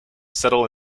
settle